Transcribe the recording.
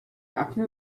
akne